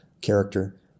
character